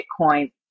Bitcoin